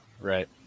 Right